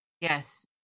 Yes